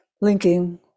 linking